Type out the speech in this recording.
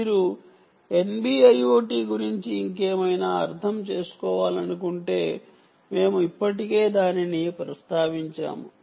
మీరు NB IoT గురించి ఇంకేమైనా అర్థం చేసుకోవాలనుకుంటే మేము ఇప్పటికే దానిని ప్రస్తావించాము